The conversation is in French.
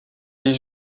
des